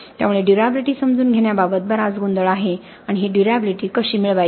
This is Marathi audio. त्यामुळे ड्युर्याबिलिटी समजून घेण्याबाबत बराच गोंधळ आहे आणि ही ड्युर्याबिलिटी कशी मिळवायची